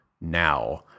now